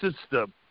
system